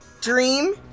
dream